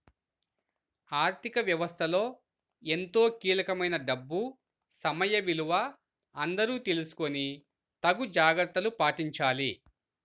ఆర్ధిక వ్యవస్థలో ఎంతో కీలకమైన డబ్బు సమయ విలువ అందరూ తెలుసుకొని తగు జాగర్తలు పాటించాలి